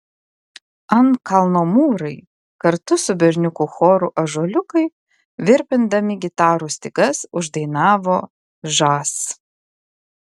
ant kalno mūrai kartu su berniukų choru ąžuoliukai virpindami gitarų stygas uždainavo žas